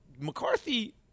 McCarthy –